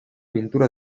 pintura